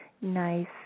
nice